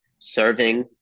Serving